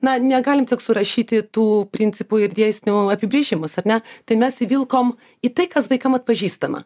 na negalim tik surašyti tų principų ir dėsnių apibrėžimus ar ne tai mes įvilkom į tai kas vaikam atpažįstama